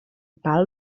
pal